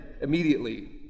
immediately